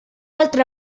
altra